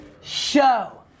Show